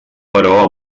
però